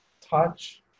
Touch